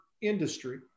industry